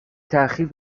تاخیر